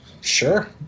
Sure